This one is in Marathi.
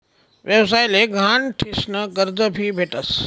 व्यवसाय ले गहाण ठीसन कर्ज भी भेटस